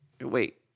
Wait